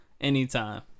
anytime